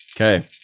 Okay